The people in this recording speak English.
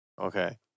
Okay